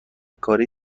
کاری